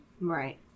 Right